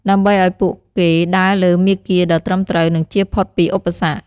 ដើម្បីឲ្យពួកគេដើរលើមាគ៌ាដ៏ត្រឹមត្រូវ និងជៀសផុតពីឧបសគ្គ។